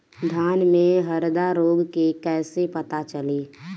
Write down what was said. धान में हरदा रोग के कैसे पता चली?